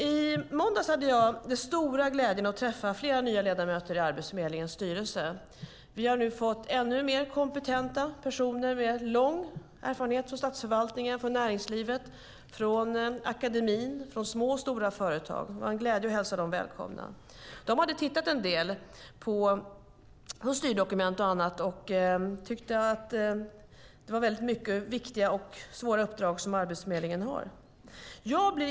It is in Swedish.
I måndags hade jag den stora glädjen att träffa flera nya ledamöter i Arbetsförmedlingens styrelse. Vi har nu fått ännu mer kompetenta personer med lång erfarenhet från statsförvaltningen, näringslivet, akademin och små och stora företag. Det var en glädje att hälsa dem välkomna. De hade tittat en del på styrdokument och annat och tyckte att det var väldigt många viktiga och svåra uppdrag som Arbetsförmedlingen har.